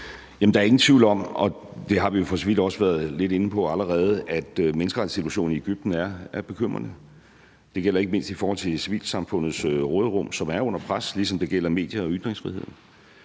Der er ingen tvivl om – og det har vi jo for så vidt også været lidt inde på allerede – at menneskerettighedssituationen i Egypten er bekymrende. Det gælder ikke mindst i forhold til civilsamfundets råderum, som er under pres, ligesom det gælder medier og ytringsfrihed.